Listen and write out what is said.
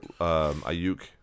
Ayuk